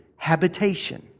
Habitation